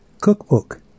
Cookbook